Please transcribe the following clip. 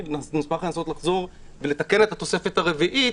נשמח לנסות לחזור ולתקן את התוספת הרביעית